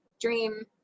dream